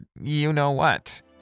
you-know-what